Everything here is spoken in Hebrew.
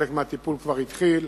וחלק מהטיפול כבר התחיל